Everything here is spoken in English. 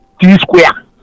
T-square